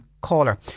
caller